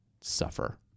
suffer